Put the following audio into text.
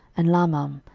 and lahmam,